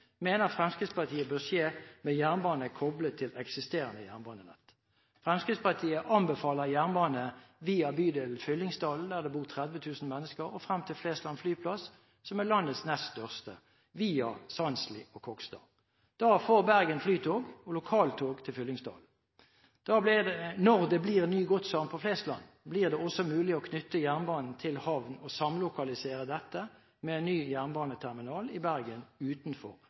mener Fremskrittspartiet bør skje med jernbane koblet til eksisterende jernbanenett. Fremskrittspartiet anbefaler jernbane via bydelen Fyllingsdalen, der det bor 30 000 mennesker, og frem til Flesland flyplass, som er landets nest største, via Sandsli og Kokstad. Da får Bergen flytog og lokaltog til Fyllingsdalen. Når det blir ny godshavn på Flesland, blir det også mulig å knytte jernbanen til havn og samlokalisere dette med ny jernbaneterminal i Bergen utenfor